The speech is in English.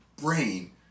brain